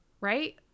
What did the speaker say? Right